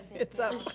it's up.